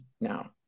now